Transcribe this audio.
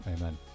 amen